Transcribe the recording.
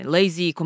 Lazy